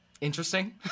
interesting